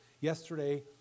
yesterday